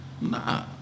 Nah